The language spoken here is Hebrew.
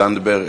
זנדברג,